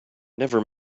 never